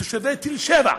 מתושבי תל-שבע,